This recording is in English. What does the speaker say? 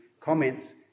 comments